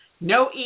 no